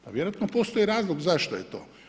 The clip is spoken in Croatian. Pa vjerojatno postoji razlog zašto je to.